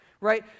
right